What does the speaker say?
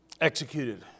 Executed